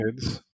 kids